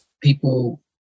People